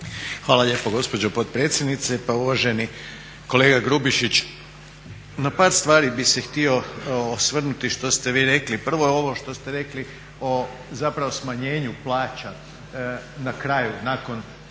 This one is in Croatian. Hvala lijepo gospođo potpredsjednice. Pa uvaženi kolega Grubišić, na par stvari bih se htio osvrnuti što ste vi rekli, prvo je ovo što ste rekli o zapravo smanjenju plaća na kraju nakon